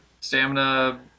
Stamina